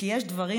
"כי יש דברים",